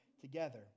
together